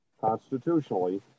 constitutionally